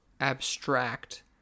abstract